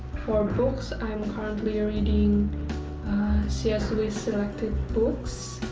for books, i'm currently reading cs lewis selected books,